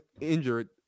injured